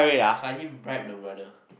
can't him bribe the brother